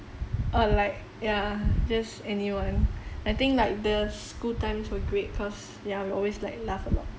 or like ya just anyone I think like the school times were great cause ya we always like laugh a lot